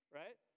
right